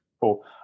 Cool